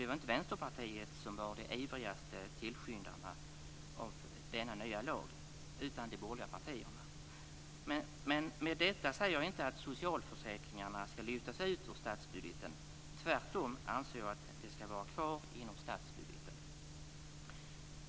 Det var inte Vänsterpartiet som var ivrigast som tillskyndare av denna nya lag utan det var de borgerliga partierna. Med detta säger jag dock inte att socialförsäkringarna ska lyftas ut ur statsbudgeten. Tvärtom anser jag att de ska vara kvar inom statsbudgeten.